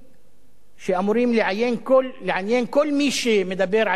שאמורים לעניין כל מי שמדבר על אי-צדק